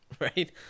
right